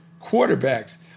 quarterbacks